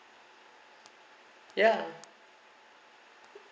ya